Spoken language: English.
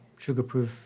sugarproof